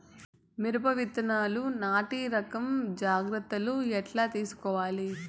మిరప విత్తనాలు నాటి రకం జాగ్రత్తలు ఎట్లా తీసుకోవాలి?